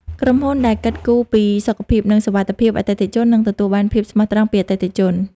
ក្រុមហ៊ុនដែលគិតគូរពីសុខភាព និងសុវត្ថិភាពអតិថិជន នឹងទទួលបាន ភាពស្មោះត្រង់ ពីអតិថិជន។